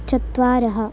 चत्वारः